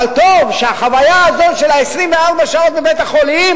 אבל טוב שהחוויה הזאת של ה-24 שעות בבית-החולים